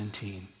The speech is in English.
17